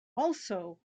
also